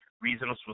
Reasonable